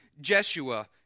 Jeshua